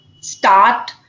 start